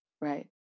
right